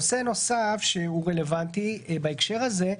נושא נוסף שהוא רלוונטי בהקשר הזה,